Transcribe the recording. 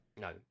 No